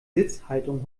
sitzhaltung